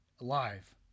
alive